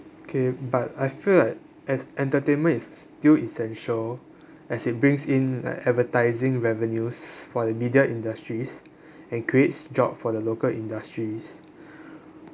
okay but I feel like as entertainment is still essential as it brings in like advertising revenues for the media industries and creates job for the local industries